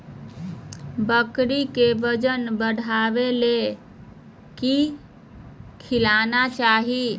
बकरी के वजन बढ़ावे ले की खिलाना चाही?